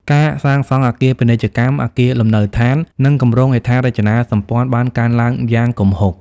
ការសាងសង់អគារពាណិជ្ជកម្ម អគារលំនៅដ្ឋាន និងគម្រោងហេដ្ឋារចនាសម្ព័ន្ធបានកើនឡើងយ៉ាងគំហុក។